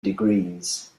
degrees